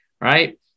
right